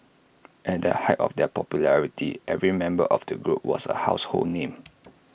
at the height of their popularity every member of the group was A household name